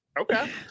Okay